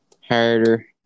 Harder